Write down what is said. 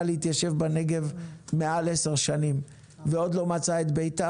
להתיישב בנגב מעל עשר שנים ועוד לא מצאה את ביתה,